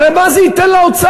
הרי מה זה ייתן לאוצר?